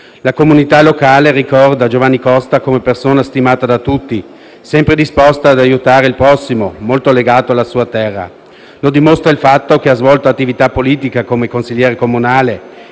La comunità locale ricorda Giovanni Costa come persona stimata da tutti, sempre disposta ad aiutare il prossimo, molto legata alla sua terra. Lo dimostra il fatto che ha svolto attività politica come consigliere comunale